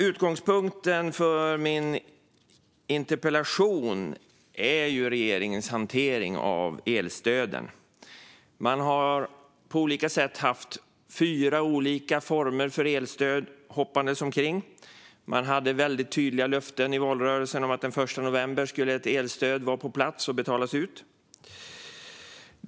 Utgångspunkten för min interpellation är regeringens hantering av elstöden. Man har på olika sätt haft fyra olika former för elstöd hoppandes omkring. Det var väldigt tydliga löften i valrörelsen om att ett elstöd skulle vara på plats och betalas ut den 1 november.